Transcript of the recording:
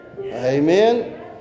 Amen